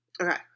Okay